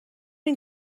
این